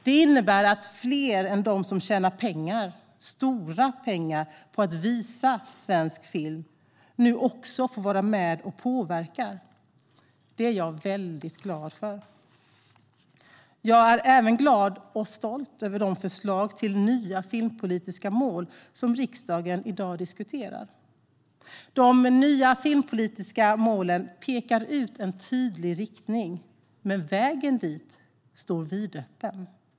Det innebär att fler än de som tjänar pengar, stora pengar, på att visa svensk film får vara med och påverka. Det är jag väldigt glad för. Jag är även glad och stolt över de förslag till nya filmpolitiska mål som riksdagen i dag diskuterar. De nya filmpolitiska målen pekar ut en tydlig riktning, men vägen dit står vidöppen.